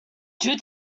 due